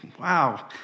Wow